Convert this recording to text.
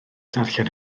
darllen